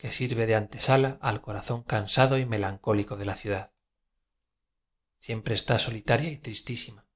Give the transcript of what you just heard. que sirve de antesala al corazón cansado y melancólico de la ciudad siempre está solitaria y tristísima